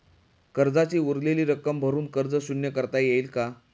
कर्जाची उरलेली रक्कम भरून कर्ज शून्य करता येईल का?